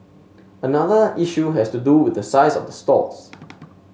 another issue has to do with the size of the stalls